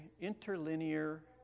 Interlinear